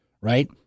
right